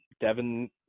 Devin